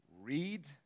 read